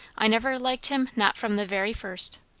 i never liked him, not from the very first.